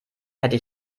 hätte